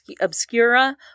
Obscura